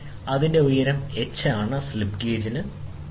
ഇത് ഒരു ഉയരം h ന്റെ സ്ലിപ്പ് ഗേജാണ് ഉയരം h വലത്